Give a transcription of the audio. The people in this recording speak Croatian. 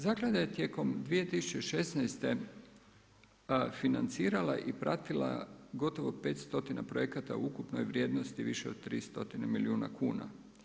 Zaklada je tijekom 2016. financirala i pratila gotovo 5 stotina projekata u ukupnoj vrijednosti više od 3 stotine milijuna kuna.